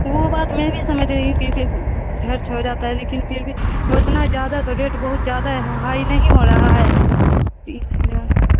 وہ بات میں بھی سمجھ رہی ہوں کہ خرچ ہو جاتا ہے لیکن پھر بھی اتنا زیادہ تو ریٹ بہت زیادہ ہائی نہیں ہو رہا ہے تین ہزار